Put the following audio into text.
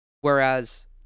Whereas